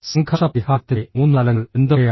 സംഘർഷ പരിഹാരത്തിന്റെ മൂന്ന് തലങ്ങൾ എന്തൊക്കെയാണ്